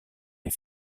les